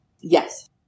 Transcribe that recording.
Yes